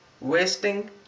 wasting